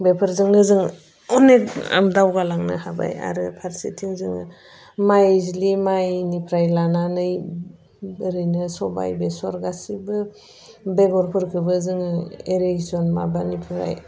बेफोरजोंनो जों अनेक दावगालांनो हाबाय आरो फारसेथिं जोङो माइज्लि माइनिफ्राय लानानै ओरैनो सबाय बेसर गासैबो बेगरफोरखौबो जोङो इरिगेशन माबानिफ्राय